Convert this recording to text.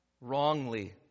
wrongly